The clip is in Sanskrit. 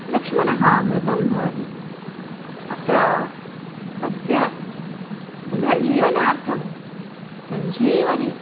लक्ष्मणः मृतं भवति अत्र तस्य पुनर्जीवनार्थं सञ्जीवनी